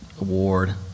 Award